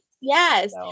Yes